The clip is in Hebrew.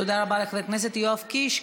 תודה רבה לחבר הכנסת יואב קיש.